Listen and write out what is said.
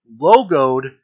logoed